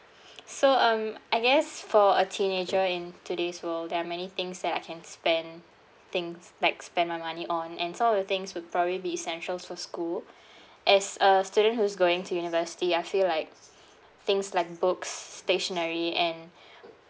so um I guess for a teenager in today's world there are many things that I can spend things like spend my money on and some of the things would probably be essentials for school as a student who's going to university I feel like things like books stationery and